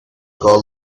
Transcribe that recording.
called